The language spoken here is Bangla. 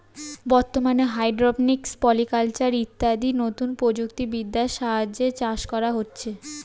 বর্তমানে হাইড্রোপনিক্স, পলিকালচার ইত্যাদি নতুন প্রযুক্তি বিদ্যার সাহায্যে চাষ করা হচ্ছে